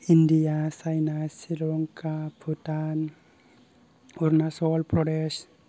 India China Sri Lanka Bhutan Arunachal Pradesh